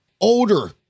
Older